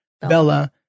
Bella